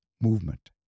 movement